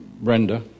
Brenda